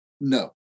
no